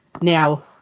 now